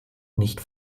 nicht